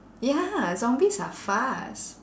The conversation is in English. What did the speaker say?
ya zombies are fast